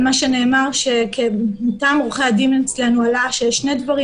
ישנם שני דברים.